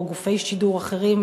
או גופי שידור אחרים,